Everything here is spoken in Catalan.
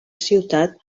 ciutat